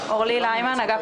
אני מאגף